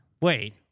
wait